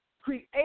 create